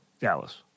Dallas